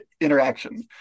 interaction